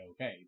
okay